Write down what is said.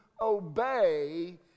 obey